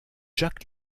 jack